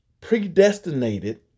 predestinated